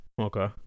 okay